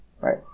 right